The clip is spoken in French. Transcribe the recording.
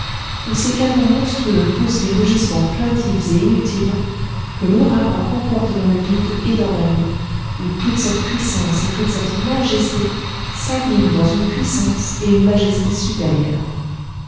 où ces canons monstrueux poussent des rugissements plaintifs et inutiles que l'ouragan emporte dans le vide et dans la nuit où toute cette puissance et toute cette majesté s'abîment dans une puissance et dans une majesté supérieures